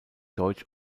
deutsch